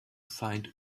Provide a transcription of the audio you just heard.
find